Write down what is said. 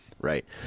right